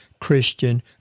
Christian